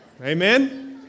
Amen